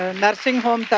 nursing home. so,